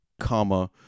comma